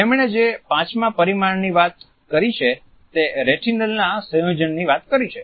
તેમણે જે પાંચમા પરિમાણની વાત કરી છે તે રેટિનલ ના સંયોજનની વાત કરી છે